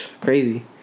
Crazy